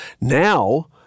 Now